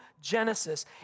Genesis